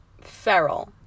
feral